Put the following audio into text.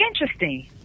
interesting